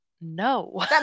No